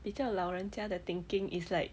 比较老人家的 thinking is like